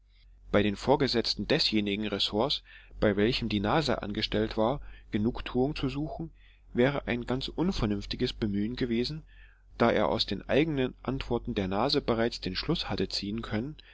bei den vorgesetzten desjenigen ressorts bei welchem die nase angestellt war genugtuung zu suchen wäre ein ganz unvernünftiges bemühen gewesen da er aus den eigenen antworten der nase bereits den schluß hatte ziehen können